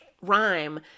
rhyme